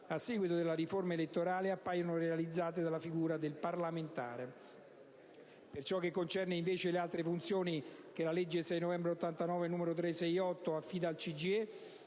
a seguito della riforma elettorale, appaiono realizzate dalla figura del parlamentare. Per ciò che concerne invece le altre funzioni che la legge 6 novembre 1989, n. 368 affida al CGIE,